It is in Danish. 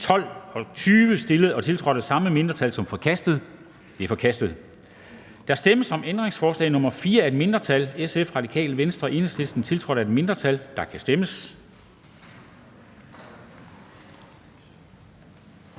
12 og 20, stillet og tiltrådt af de samme mindretal, som forkastet. De er forkastet. Der stemmes om ændringsforslag nr. 4 af et mindretal (SF, RV og EL), tiltrådt af et mindretal (FG, IA,